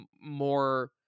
more